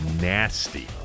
nasty